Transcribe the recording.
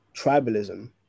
tribalism